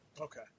Okay